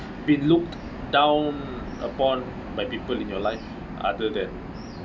been looked down upon by people in your life other than